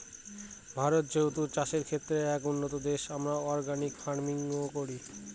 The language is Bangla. ভারত যেহেতু চাষের ক্ষেত্রে এক উন্নতম দেশ, আমরা অর্গানিক ফার্মিং ও করি